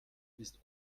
ist